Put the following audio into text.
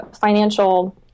financial